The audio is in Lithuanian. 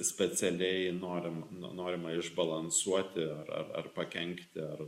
specialiai norima norima išbalansuoti ar ar pakenkti ar